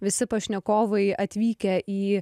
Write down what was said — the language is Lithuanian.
visi pašnekovai atvykę į